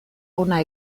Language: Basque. hona